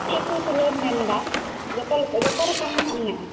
ᱪᱮᱫ ᱠᱚ ᱛᱩᱞᱟᱹᱣ ᱮᱢ ᱢᱮᱱ ᱮᱫᱟ ᱡᱚᱛᱚ ᱞᱮᱠᱟ ᱡᱚᱛᱚ ᱨᱚᱠᱚᱢᱟᱜ ᱢᱮᱱᱟᱜᱼᱟ